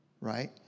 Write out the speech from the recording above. right